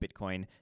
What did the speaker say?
Bitcoin